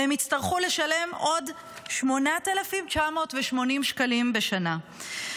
והם יצטרכו לשלם עוד 8,980 שקלים בשנה.